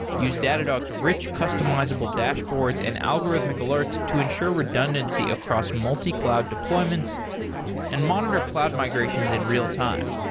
use datadog's rich customizable dashboards and algorithmic alert to ensure redundancy across multi-cloud deployments and monitor cloud migrations in real-time.